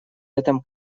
этом